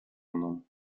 mną